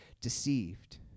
deceived